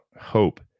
hope